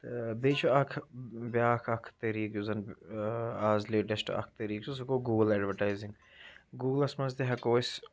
تہٕ بیٚیہِ چھُ اَکھ بیاکھ اَکھ طٔریٖقہٕ یُس زَن آز لیٹیٚسٹ اَکھ طٔریٖقہٕ چھُ سُہ گوٚو گوٗگل ایڈوَٹایزِنگ گوٗگلَس منٛز تہِ ہٮ۪کو أسۍ